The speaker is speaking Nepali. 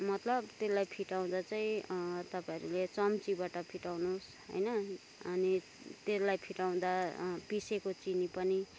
मतलब त्यसलाई फिटाउँदा चाहिँ तपाईँहरूले चम्चीबाट फिटाउनुहोस् होइन अनि त्यसलाई फिटाउँदा पिसेको चिनी पनि